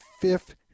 fifth